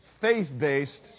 faith-based